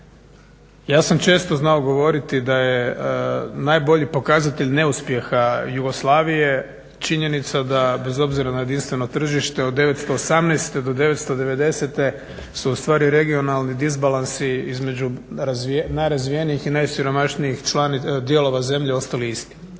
Ja sam često znao govoriti da je najbolji pokazatelj neuspjeha Jugoslavije činjenica da bez obzira na jedinstveno tržište od 1918.do 1990.su ustvari regionalni disbalansi između najrazvijenijih i najsiromašnijih dijelova zemlje ostali isti.